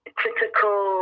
critical